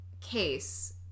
case